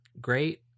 great